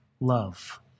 love